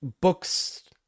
books